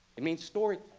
it means story